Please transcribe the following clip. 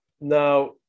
now